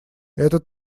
это